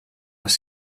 les